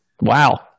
wow